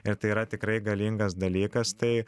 ir tai yra tikrai galingas dalykas tai